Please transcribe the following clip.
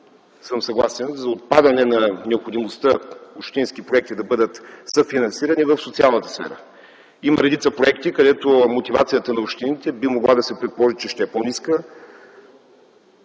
съм съгласен с отпадане на необходимостта общински проекти да бъдат съфинансирани в социалната сфера. Има редица проекти, където мотивацията на общините би могло да се предположи, че ще е по-ниска.